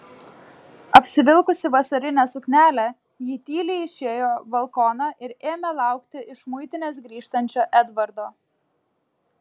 apsivilkusi vasarinę suknelę ji tyliai išėjo balkoną ir ėmė laukti iš muitinės grįžtančio edvardo